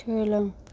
सोलों